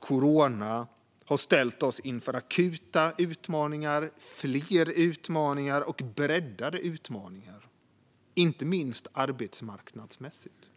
corona naturligtvis ställt oss inför akuta utmaningar, fler och breddade utmaningar, inte minst arbetsmarknadsmässigt.